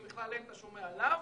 "מכלל הן אתה שומע לאו",